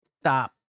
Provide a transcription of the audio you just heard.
stop